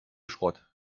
schrott